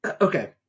okay